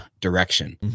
direction